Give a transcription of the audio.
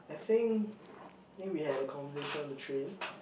I think I think we had a conversation on the train